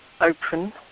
open